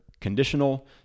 conditional